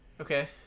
okay